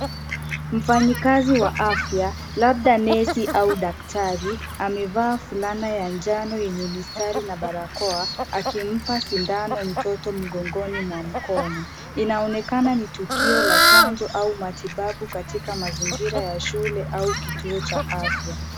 Mfanyikazi wa afya ,labda nesi au daktari ,amevaa fulana ya njano yenye mistari na barakoa, akimpa sindano mtoto mgongoni mwa mkono. Inaonekana ni tukio la chanjo au matibabu katika mazingira ya shule au kituo cha afya.